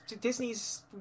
Disney's